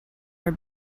were